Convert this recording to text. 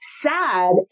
sad